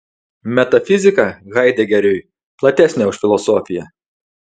metafizika haidegeriui platesnė už filosofiją